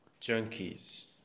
junkies